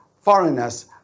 foreigners